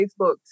Facebook